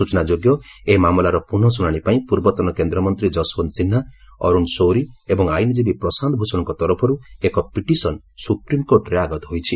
ସୂଚନା ଯୋଗ୍ୟ ଏହି ମାମଲାର ପୁନଃ ଶୁଣାଣି ପାଇଁ ପୂର୍ବତନ କେନ୍ଦ୍ରମନ୍ତ୍ରୀ ଯଶଓ୍ୱନ୍ତ ସିହ୍ନା ଅରୁଣ ସୌରୀ ଏବଂ ଆଇନ୍ଜୀବୀ ପ୍ରଶାନ୍ତ ଭୂଷଣଙ୍କ ତରଫରୁ ଏକ ପିଟିସନ୍ ସ୍ତ୍ରପ୍ରିମ୍କୋର୍ଟରେ ଆଗତ ହୋଇଛି